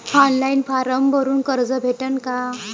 Online form भरून कर्ज भेटन का?